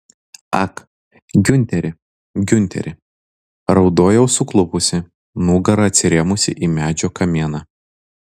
ak giunteri giunteri raudojau suklupusi nugara atsirėmusi į medžio kamieną